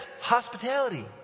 hospitality